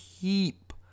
keep